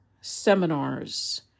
seminars